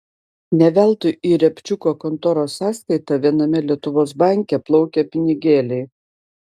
ne veltui į riabčiuko kontoros sąskaitą viename lietuvos banke plaukia pinigėliai